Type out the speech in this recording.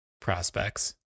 Prospects